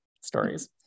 stories